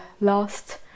last